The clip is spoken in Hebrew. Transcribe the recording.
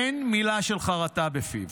אין מילה של חרטה בפיו.